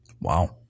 Wow